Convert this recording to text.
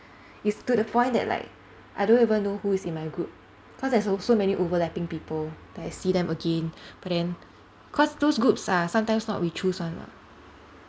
it's to the point that like I don't even know who is in my group cause there's so many overlapping people that I see them again but then cause those groups are sometimes not we choose [one] mah